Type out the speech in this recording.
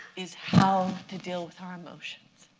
is how to deal with our emotions.